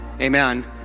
amen